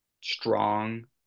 strong